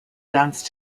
dance